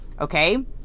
okay